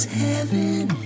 heaven